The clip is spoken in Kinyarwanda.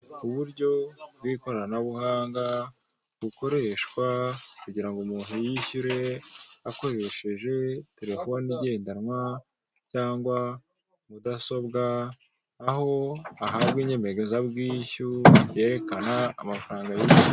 Uburyo bw'ikoranabuhanga bukoreshwa kugira ngo umuntu yishyure akoresheje terefoni igendanwa cyangwa mudasobwa aho ahabwa inyemezabwishyu yerekana amafaranga yishyuye.